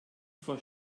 vor